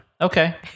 Okay